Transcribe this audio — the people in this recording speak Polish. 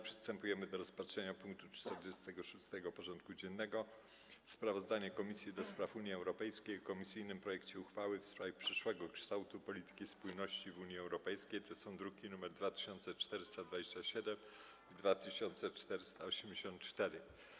Przystępujemy do rozpatrzenia punktu 46. porządku dziennego: Sprawozdanie Komisji do Spraw Unii Europejskiej o komisyjnym projekcie uchwały w sprawie przyszłego kształtu polityki spójności w Unii Europejskiej (druki nr 2427 i 2484)